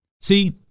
See